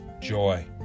joy